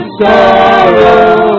sorrow